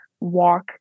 walk